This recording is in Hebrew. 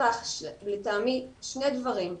לטעמי צריך שני דברים.